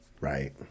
Right